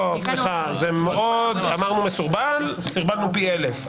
אמרנו שזה מאוד מסורבל, סרבלנו פי אלף.